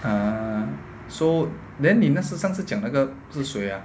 ah so then 你那次讲的是谁啊